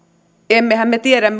emmehän me tiedä